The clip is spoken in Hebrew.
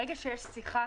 ברגע שיש שיחה